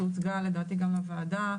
היא הוצגה לדעתי גם לוועדה,